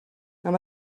amb